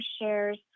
shares